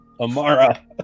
Amara